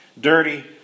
dirty